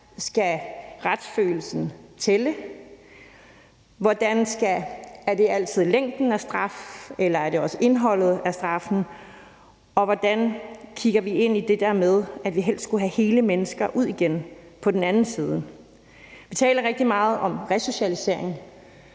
skal retsfølelsen tælle? Er det altid længden af straf, eller er det også indholdet af straffen? Og hvordan kigger vi ind i det der med, at vi helst skal have hele mennesker ud igen på den anden side? Vi taler rigtig meget om resocialisering,